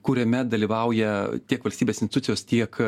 kuriame dalyvauja tiek valstybės institucijos tiek